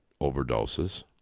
overdoses